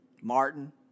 Martin